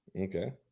Okay